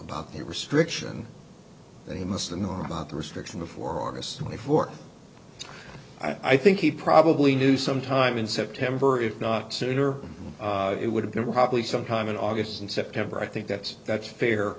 about the restriction that he must ignore about the restriction before august twenty fourth i think he probably knew sometime in september if not sooner it would have been probably sometime in august and september i think that's that's fair